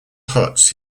huts